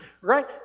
right